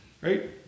Right